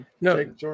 No